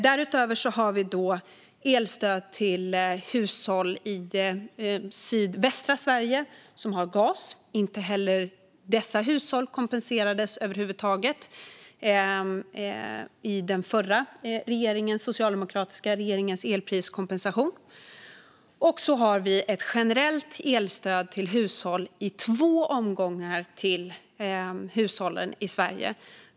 Därutöver har vi elstöd till hushåll i sydvästra Sverige, som använder gas. Inte heller dessa hushåll kompenserades över huvud taget genom den förra, socialdemokratiska regeringens elpriskompensation. Sedan har vi ett generellt elstöd i två omgångar till hushållen i Sverige.